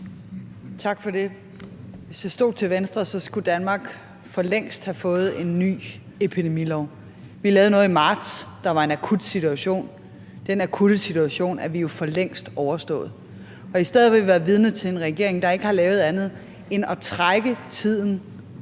Tak for det. Hvis det stod til Venstre, skulle Danmark for længst have fået en ny epidemilov. Vi lavede noget i marts, hvor der var en akut situation. Den akutte situation har vi jo for længst overstået, og vi er stadig væk vidne til en regering, der ikke har lavet andet end at trække tiden